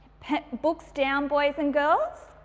books down boys and girls.